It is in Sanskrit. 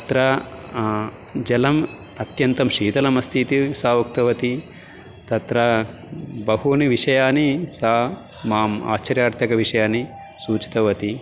तत्र जलम् अत्यन्तं शीतलम् अस्ति इति सा उक्तवती तत्र बहूनि विषयाः सा माम् आश्चर्यार्थकविषयान् सूचितवती